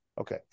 Okay